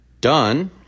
done